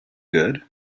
good